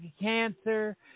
Cancer